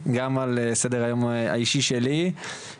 גם על סדר היום האישי שלי,